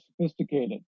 sophisticated